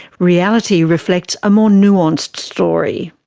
reality reflects a more nuanced story.